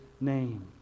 name